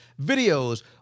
videos